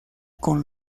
con